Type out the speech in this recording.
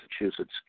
Massachusetts